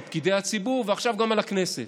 על פקידי הציבור ועכשיו גם על הכנסת.